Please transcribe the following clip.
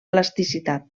plasticitat